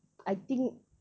I think